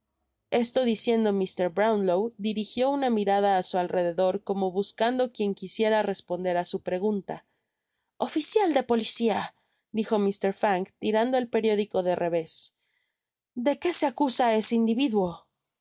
esto diciendo mr brownlow dirijió una mirada á su alrededor como buscando quien quisiera responder á su pregunta oficial de policia dijo mr fang tirando el periódico de revésde que se acusa á ese individuo no